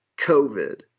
COVID